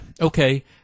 okay